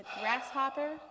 grasshopper